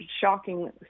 shocking